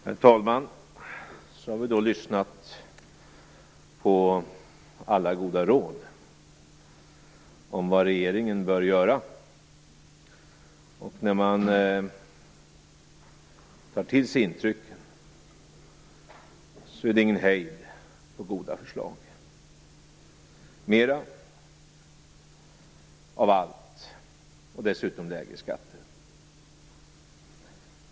Herr talman! Så har vi då lyssnat på alla goda råd om vad regeringen bör göra. När man tar till sig intrycken är det ingen hejd på goda förslag; mer av allt, och dessutom lägre skatter!